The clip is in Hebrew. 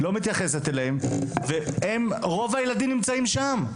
לא מתייחסת אליהם ורוב הילדים נמצאים שם,